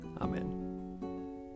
Amen